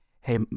Hey